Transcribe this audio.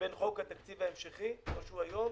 בין חוק התקציב ההמשכי כמו שהוא היום